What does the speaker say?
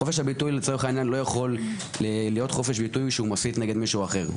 חופש הביטוי לא יכול להיות כשהוא מסית נגד מישהו אחר,